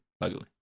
luckily